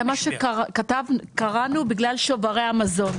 זה מה שקראנו בגלל שוברי המזון.